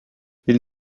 ils